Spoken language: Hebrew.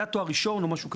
תואר ראשון או משהו כזה.